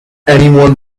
anyone